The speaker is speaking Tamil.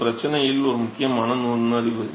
இது பிரச்சனையில் ஒரு முக்கியமான நுண்ணறிவு